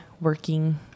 working